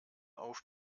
auf